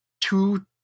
two